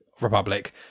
republic